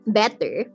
better